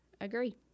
Agree